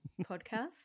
podcast